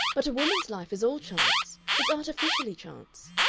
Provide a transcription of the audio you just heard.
but a woman's life is all chance. it's artificially chance.